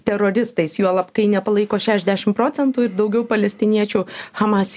teroristais juolab kai nepalaiko šešiasdešim procentų ir daugiau palestiniečių hamas